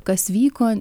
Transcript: kas vyko